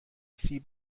سیب